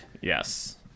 Yes